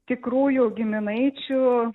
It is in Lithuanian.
tikrųjų giminaičių